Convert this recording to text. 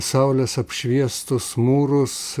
saulės apšviestus mūrus